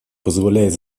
позволяет